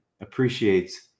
appreciates